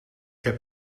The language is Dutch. heb